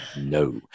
No